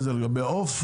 גם בעוף?